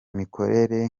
imikorere